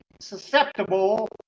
susceptible